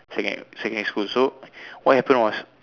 secon~ secondary school so what happen was